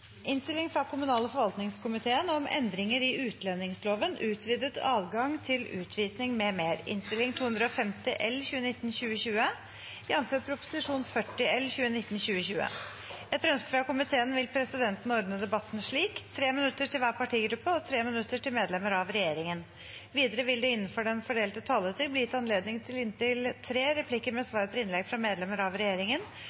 fra kommunal- og forvaltningskomiteen vil presidenten ordne debatten slik: 3 minutter til hver partigruppe og 3 minutter til medlemmer av regjeringen. Videre vil det – innenfor den fordelte taletid – bli gitt anledning til inntil tre replikker med svar etter innlegg fra medlemmer av regjeringen, og de som måtte tegne seg på talerlisten utover den fordelte taletid, får en taletid på inntil